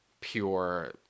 pure